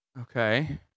okay